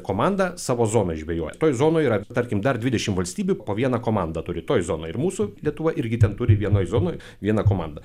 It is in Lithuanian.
komanda savo zonoj žvejoja toj zonoj yra tarkim dar dvidešimt valstybių po vieną komandą turi toj zonoj ir mūsų lietuva irgi ten turi vienoj zonoj vieną komandą